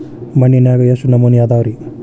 ಮಣ್ಣಿನಾಗ ಎಷ್ಟು ನಮೂನೆ ಅದಾವ ರಿ?